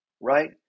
right